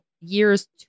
years